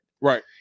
Right